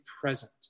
present